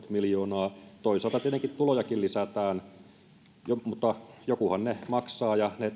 miljoonaa toisaalta tietenkin tulojakin lisätään mutta jokuhan ne maksaa ja ne